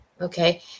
okay